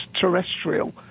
terrestrial